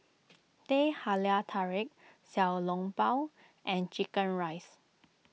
Teh Halia Tarik Xiao Long Bao and Chicken Rice